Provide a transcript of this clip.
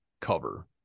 cover